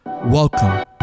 Welcome